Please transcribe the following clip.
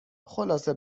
خلاصه